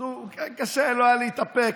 אז קשה לו היה להתאפק,